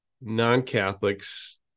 non-Catholics